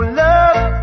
love